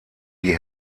die